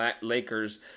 Lakers